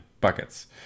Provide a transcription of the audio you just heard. buckets